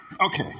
Okay